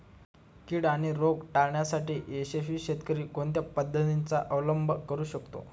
कीड आणि रोग टाळण्यासाठी यशस्वी शेतकरी कोणत्या पद्धतींचा अवलंब करू शकतो?